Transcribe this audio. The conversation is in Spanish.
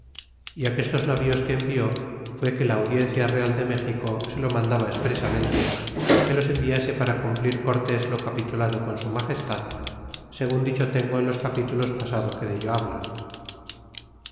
nombrado y aquestos navíos que envió fué que la audiencia real de méxico se lo mandaba expresamente que los enviase para cumplir cortés lo capitulado con su magestad segun dicho tengo en los capitulos pasados que dello hablan